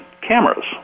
cameras